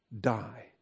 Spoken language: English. die